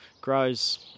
grows